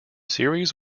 series